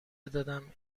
دادم